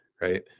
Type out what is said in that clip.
right